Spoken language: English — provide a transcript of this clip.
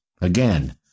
Again